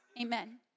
amen